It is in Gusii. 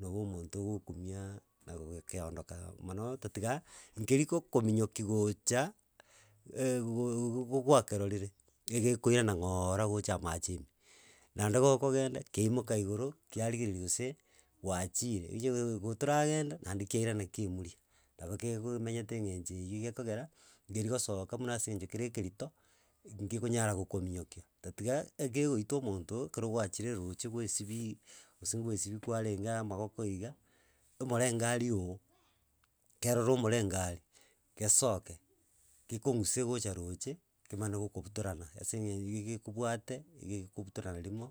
nabo omonto ogokumia na gogekiondoka mono otatiga nkeri gokominyokia gocha gogogwakerorire, egekoirana ngooora gocha amache ime. Naende gokogenda kiamoka igoro kiarigereria gose gwachire oyo igo toragenda naende kiarana kiemuruia nabo kegomenyete engencho eywo gekogera, nkeri gosoka buna ase engencho kere ekerito, ngekonyara gokominyokia otatiga egegoita omonto ekero gwachire roche bwesibie gose goesibia kwarenge amagoko iga, omorenga ario ooo kerore omorengari, gesoke gekong'use gocha roche kemana gokobutorana ase eng'e egegekobwate ege gekobutorana rimo.